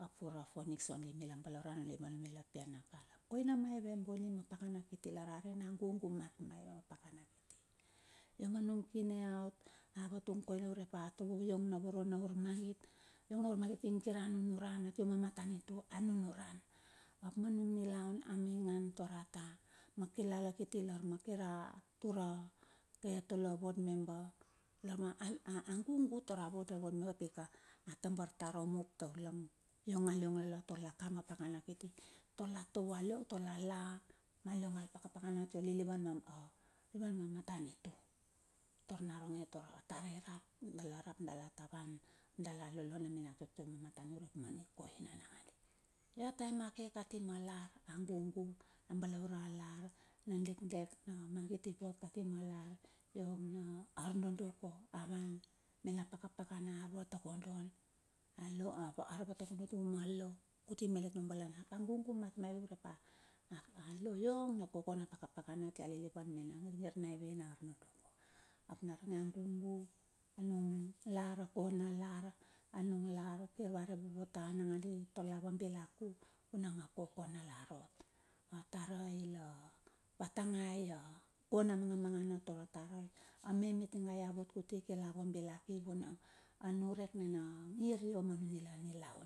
Ap ura phonix ondi mila balauran ondi ma numila pia na pal. Koina maive e bonie ma pakana kiti, lar a ren a gugu mat maive ma pakana kiti. Io manung kine a vutung koina urep a, a tumu na voro na urmangit, iong urmangit ing kira nunuran atia ma matanitu, a nunuran, ap ma nung nilaun a maingan a taur a ka ma kilala kiti lar na kira tur a ward member, a gugu tar a vot a word member, pika a tambar tar omup taur lang, iong aliong lala tar laka ma pakana kiti, tar la tovo aliong tar la la, ma liong al pakapakana atia lilivan ma matanitu, tar naronge tar atare rap dala rap dala tavan dala lolo na minatoto ma matanit, urep ma nikoina nakandi, ia a taem ake kati ma lar agugu, abalaure a lar, na dekdek na magit ipot kati ma lar, io na ar nodoko a van, mena pakapakana a vatakodo a report u tuma ma law, kuti malet ma balana lar, ap a gugu mat maive urep a lolo na koko na pakana atia lilivan mena ngirngir na hevi na arnodoko. Ap naronge a gugu manung lar akona lar, anung lar kir va re pope ta nandi tar ia va bilak u vunang a kokona lar ot. Atarai la, tangai akona mangamangana tar atarai, ame mitingeva ia vot kuti, kir la vambilaki vunang a nurek nina ngir, ia ma ninila na nilaun.